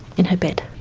in her bed.